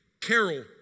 Carol